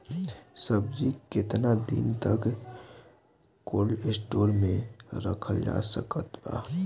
सब्जी केतना दिन तक कोल्ड स्टोर मे रखल जा सकत बा?